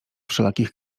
wszelakich